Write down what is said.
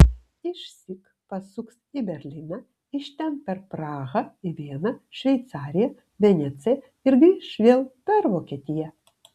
išsyk pasuks į berlyną iš ten per prahą į vieną šveicariją veneciją ir grįš vėl per vokietiją